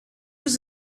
was